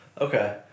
Okay